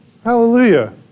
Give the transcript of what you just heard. Hallelujah